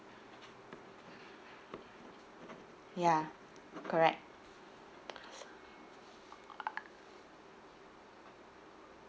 ya correct